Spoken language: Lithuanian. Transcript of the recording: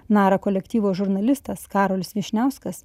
nara kolektyvo žurnalistas karolis vyšniauskas